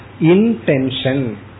intention